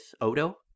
Odo